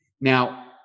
Now